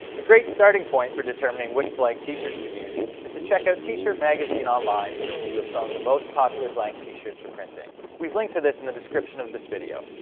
a great starting point for determining which blank t-shirt to use is to check out t-shirt magazine online's review of some of the most popular blank t-shirts for printing. we've linked to this in the description of this video.